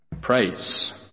Praise